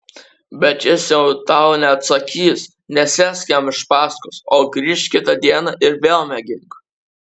bet jei jis tau neatsakys nesek jam iš paskos o grįžk kitą dieną ir vėl mėgink